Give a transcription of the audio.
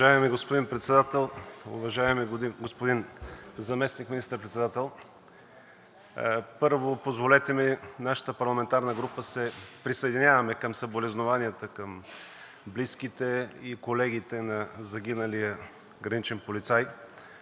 Уважаеми господин Председател, уважаеми господин заместник министър-председател! Първо, позволете ми, от нашата парламентарна група се присъединяваме към съболезнованията към близките и колегите на загиналия граничен полицай,